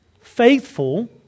faithful